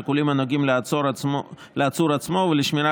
שיקולים הנוגעים לעצור עצמו ולשמירה